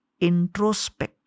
introspect